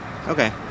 Okay